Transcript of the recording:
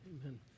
Amen